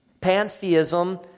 Pantheism